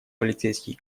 полицейские